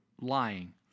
lying